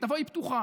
ותבואי פתוחה,